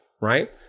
right